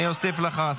אתה צריך להתבייש,